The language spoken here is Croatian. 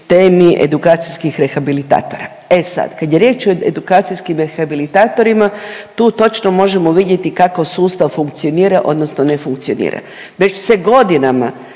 temi edukacijskih rehabilitatora. E sad kad je riječ o edukacijskim rehabilitatorima tu točno možemo vidjeti kako sustav funkcionira odnosno ne funkcionira. Već se godinama